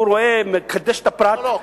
שהוא רואה, מקדש, את הפרט, לא לא.